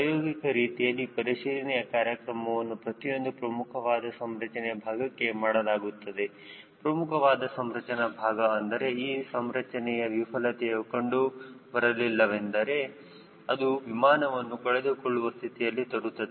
ಪ್ರಾಯೋಗಿಕ ರೀತಿಯಲ್ಲಿ ಪರಿಶೀಲನೆಯ ಕಾರ್ಯಕ್ರಮವನ್ನು ಪ್ರತಿಯೊಂದು ಪ್ರಮುಖವಾದ ಸಂರಚನೆ ಭಾಗಕ್ಕೆ ಮಾಡಲಾಗುತ್ತದೆ ಪ್ರಮುಖವಾದ ಸಂರಚನಾ ಭಾಗ ಅಂದರೆ ಈ ಸಂರಚನೆಯ ವಿಫಲತೆಯು ಕಂಡು ಬರಲಿಲ್ಲವೆಂದರೆ ಅದು ವಿಮಾನವನ್ನು ಕಳೆದುಕೊಳ್ಳುವ ಸ್ಥಿತಿಯನ್ನು ತರುತ್ತದೆ